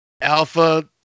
Alpha